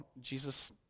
Jesus